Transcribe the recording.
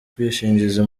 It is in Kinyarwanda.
ubwishingizi